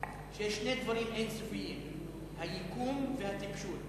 שיש שני דברים אין-סופיים: היקום והטיפשות.